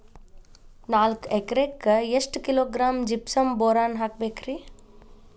ನಾಲ್ಕು ಎಕರೆಕ್ಕ ಎಷ್ಟು ಕಿಲೋಗ್ರಾಂ ಜಿಪ್ಸಮ್ ಬೋರಾನ್ ಹಾಕಬೇಕು ರಿ?